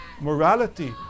morality